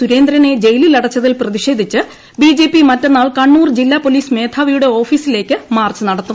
സൂരേന്ദ്രനെ ജയിലിലടച്ചതിൽ പ്രതിഷേധിച്ച് B J P മറ്റെന്നാൾ കണ്ണൂർ ജില്ലാ പോലീസ് മേധാവിയുടെ ഓഫീസിലേയ്ക്ക് മാർച്ച് നടത്തും